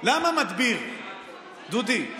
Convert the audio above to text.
למה מדביר, דודי,